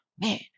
man